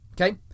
okay